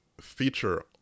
feature